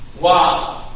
Wow